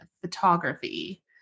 photography